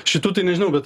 šitų tai nežinau bet